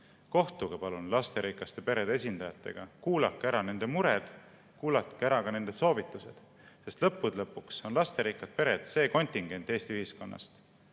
kohtuge palun lasterikaste perede esindajatega, kuulake ära nende mured, kuulake ära ka nende soovitused. Lõppude lõpuks on lasterikkad pered see kontingent Eesti ühiskonnast,